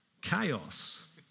chaos